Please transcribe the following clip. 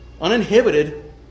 uninhibited